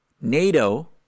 NATO